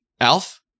Alf